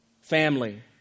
Family